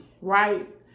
right